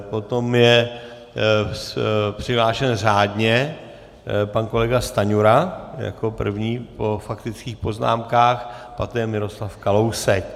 Potom je přihlášen řádně pan kolega Stanjura jako první po faktických poznámkách, poté Miroslav Kalousek.